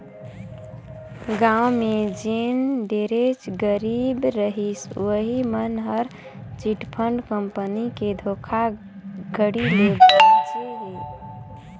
गाँव में जेन ढेरेच गरीब रहिस उहीं मन हर चिटफंड कंपनी के धोखाघड़ी ले बाचे हे